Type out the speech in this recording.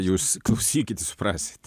jūs klausykit i suprasit